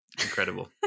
Incredible